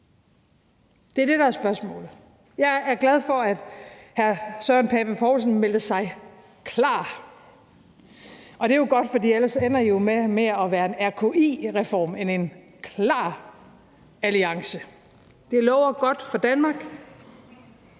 Det er det, der er spørgsmålet. Jeg er glad for, at hr. Søren Pape Poulsen meldte sig klar. Det er godt, for ellers ender I jo med at være en RKI-reform i stedet for en KLAR-alliance. Det lover godt for Danmark.